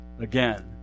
Again